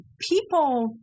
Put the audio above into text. people